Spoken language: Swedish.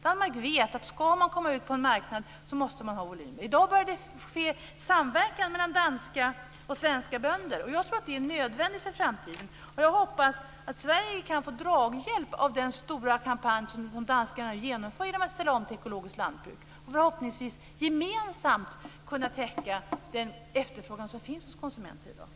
Danmark vet att ska man komma ut på en marknad så måste man ha volymer. I dag börjar det ske samverkan mellan danska och svenska bönder. Jag tror att det är nödvändigt för framtiden. Jag hoppas att Sverige kan få draghjälp av den stora kampanj som danskarna nu genomför genom att ställa om till ekologiskt lantbruk. Förhoppningsvis kan de då gemensamt täcka den efterfrågan som finns hos konsumenter i dag.